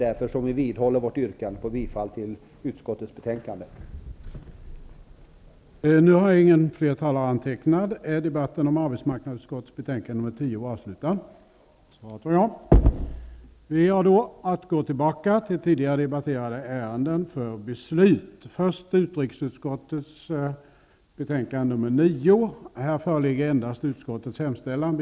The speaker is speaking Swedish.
Därför vidhåller vi vårt yrkande om bifall till utskottets hemställan i betänkandet.